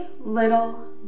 little